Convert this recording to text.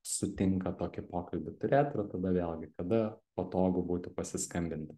sutinka tokį pokalbį turėt ir tada vėlgi kada patogu būtų pasiskambinti